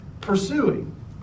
pursuing